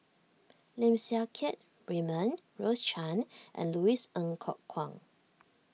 Lim Siang Keat Raymond Rose Chan and Louis Ng Kok Kwang